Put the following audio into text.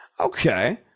Okay